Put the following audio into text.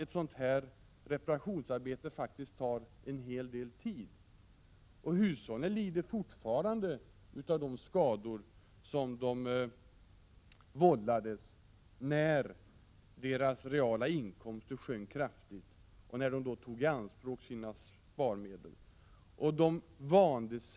Ett sådant här reparationsarbete tar faktiskt en hel del tid, Rune Rydén och Nils Åsling. Hushållen lider fortfarande av de skador som de vållades när deras reala inkomster sjönk kraftigt och de tog sina sparmedel i anspråk.